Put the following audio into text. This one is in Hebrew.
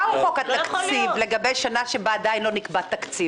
מה הוא חוק התקציב לגבי שנה שבה עדיין לא נקבע תקציב?